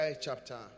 chapter